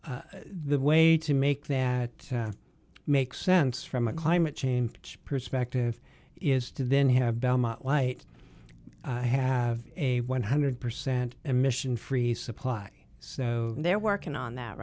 everything the way to make that makes sense from a climate change perspective is to then have belmont light have a one hundred percent emission free supply so they're working on that